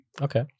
Okay